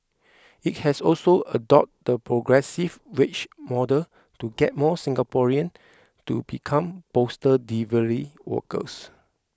it has also adopted the progressive wage model to get more Singaporeans to become postal delivery workers